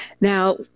Now